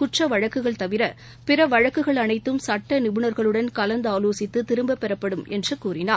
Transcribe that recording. குற்றவழக்குகள் தவிர பிற வழக்குகள் அனைத்தும் சட்ட நிபுணர்களுடன் கலந்தாலோசித்து திரும்பப்பெறப்படும் என்றார்